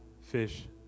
fish